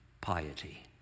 piety